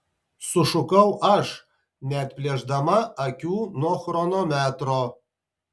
sušukau aš neatplėšdama akių nuo chronometro